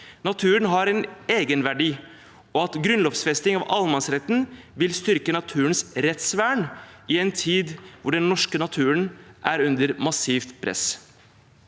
Naturen har en egenverdi, og grunnlovfesting av allemannsretten vil styrke naturens rettsvern i en tid hvor den norske naturen er under massivt press.